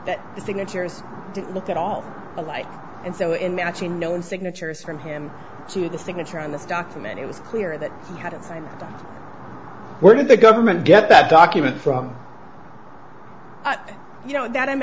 that the signatures didn't look at all alike and so in matching no signatures from him to the signature on this document it was clear that he hadn't signed where did the government get that document from you know that i'm